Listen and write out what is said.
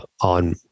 on